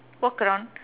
walk around